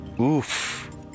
Oof